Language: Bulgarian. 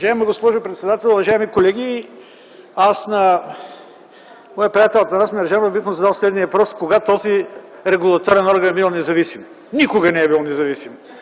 Уважаема госпожо председател, уважаеми колеги! Аз на моя приятел Атанас Мерджанов бих му задал следния въпрос: кога този регулаторен орган е бил независим. Никога не е бил независим!